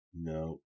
No